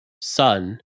son